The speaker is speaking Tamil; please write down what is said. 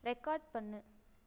ரெகார்ட் பண்ணு